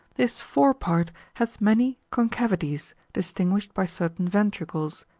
this fore part hath many concavities distinguished by certain ventricles,